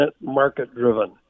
market-driven